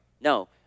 No